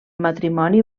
matrimoni